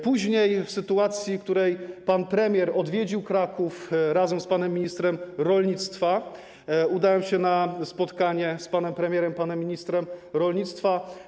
Później w sytuacji, w której pan premier odwiedził Kraków razem z panem ministrem rolnictwa, udałem się na spotkanie z panem premierem i panem ministrem rolnictwa.